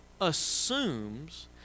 assumes